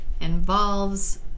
involves